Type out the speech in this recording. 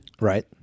Right